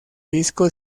disco